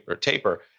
taper